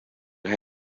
ha